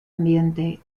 ambiente